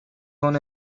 son